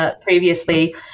previously